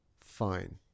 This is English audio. fine